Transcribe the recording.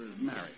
married